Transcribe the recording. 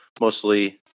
mostly